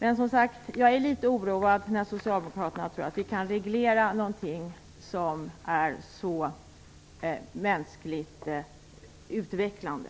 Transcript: Jag blir som sagt litet oroad när socialdemokraterna tror att vi kan reglera någonting som är så mänskligt utvecklande.